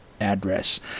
Address